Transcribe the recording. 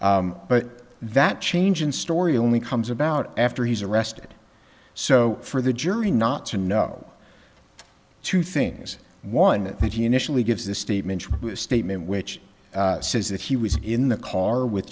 but that change in story only comes about after he's arrested so for the jury not to know two things one that he initially gives this statement a statement which says that he was in the car with